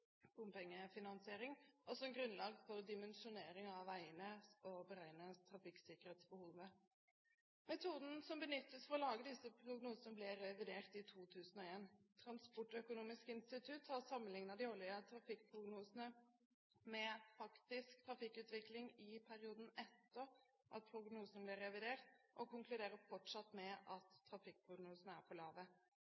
bompengefinansiering, som grunnlag for dimensjonering av veiene og for å beregne trafikksikkerhetsbehovet. Metoden som benyttes for å lage disse prognosene, ble revidert i 2001. Transportøkonomisk institutt har sammenlignet de årlige trafikkprognosene med faktisk trafikkutvikling i perioden etter at prognosene ble revidert, og konkluderer fortsatt med at